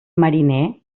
mariner